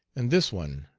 and this one,